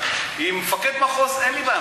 עם מפקד מחוז אין לי בעיה.